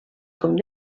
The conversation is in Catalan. com